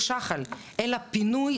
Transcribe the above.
אלא פינוי,